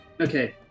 Okay